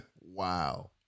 Wow